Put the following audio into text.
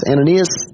Ananias